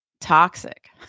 toxic